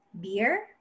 beer